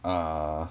err